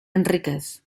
enríquez